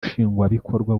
nshingwabikorwa